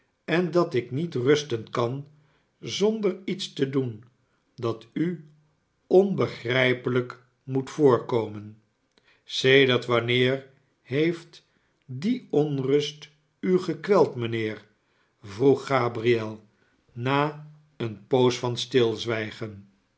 en dat ik niet rusten kan zonder iets te doen dat u onbegrijpelijk moet voorkomen sedert wanneer heeft die onrust u gekweld mijnheer vroeg gabriel na eene poos van stilzwijgen